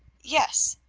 yes.